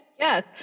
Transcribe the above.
yes